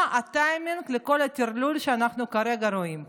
מה הטיימינג לכל הטרלול שאנחנו כרגע רואים פה?